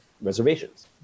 reservations